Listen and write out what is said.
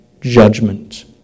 judgment